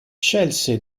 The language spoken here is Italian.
scelse